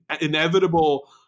inevitable